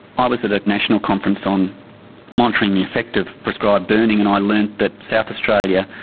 i was at a national conference on monitoring the effect of prescribed burning and i learnt that south australia,